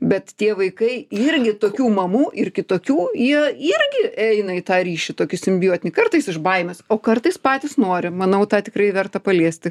bet tie vaikai irgi tokių mamų ir kitokių jie irgi eina į tą ryšį tokį simbiotinį kartais iš baimės o kartais patys nori manau tą tikrai verta paliesti